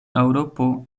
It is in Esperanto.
eŭropo